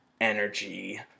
energy